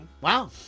wow